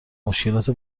مشکلات